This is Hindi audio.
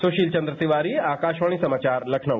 सुशील चन्द्र तिवारी आकाशवाणी समाचार लखनऊ